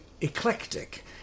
eclectic